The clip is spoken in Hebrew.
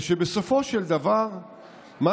זה שבסופו של דבר מה